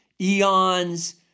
Eons